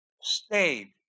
stayed